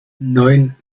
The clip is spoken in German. neun